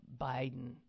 Biden